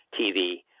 TV